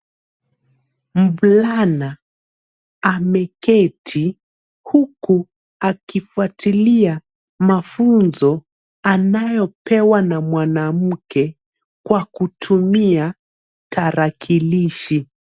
Mvulana ameketi huku akifuatilia mafunzo anayopewa na mwanamke kwa kutumia tarakilishi.